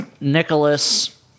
Nicholas